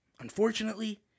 Unfortunately